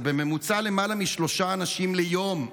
בממוצע זה למעלה משלושה אנשים ליום,